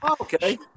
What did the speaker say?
Okay